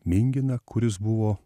minginą kuris buvo